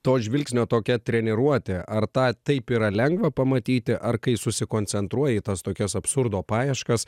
to žvilgsnio tokia treniruotė ar tą taip yra lengva pamatyti ar kai susikoncentruoji į tas tokias absurdo paieškas